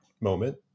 moment